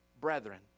brethren